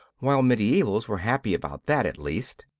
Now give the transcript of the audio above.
while mediaevals were happy about that at least.